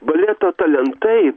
baleto talentai